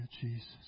Jesus